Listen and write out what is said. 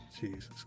jesus